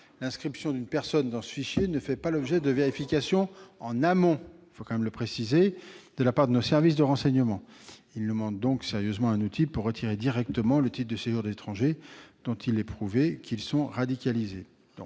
L'inscription d'une personne dans ce fichier ne fait pas l'objet de vérifications en amont de la part de nos services de renseignement. Il nous manque donc un outil pour retirer directement le titre de séjour des étrangers dont il est prouvé qu'ils sont radicalisés.